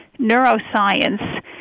neuroscience